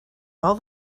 all